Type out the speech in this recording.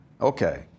Okay